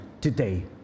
today